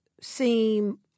seem